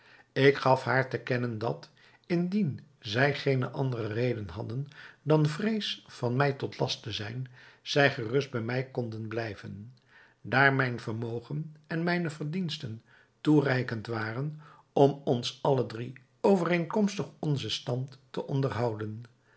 ik gaf haar te kennen dat indien zij geene andere reden hadden dan vrees van mij tot last te zijn zij gerust bij mij konden blijven daar mijn vermogen en mijne verdiensten toereikend waren om ons alle drie overeenkomstig onzen stand te onderhouden